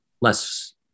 less